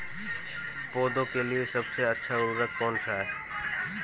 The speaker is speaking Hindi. पौधों के लिए सबसे अच्छा उर्वरक कौनसा हैं?